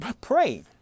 pray